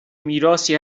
میراثی